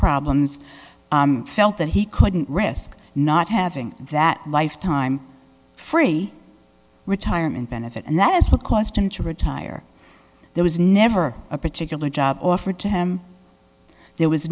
problems felt that he couldn't risk not having that lifetime free retirement benefit and that is what caused him to retire there was never a particular job offered to him there was